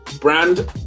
Brand